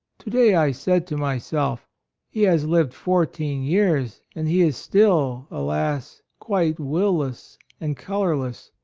to-day i said to myself he has lived fourteen years, and he is still, alas! quite will less and colorless,